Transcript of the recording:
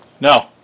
No